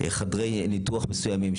חדרי ניתוח מסוימים,